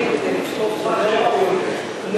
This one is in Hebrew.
לא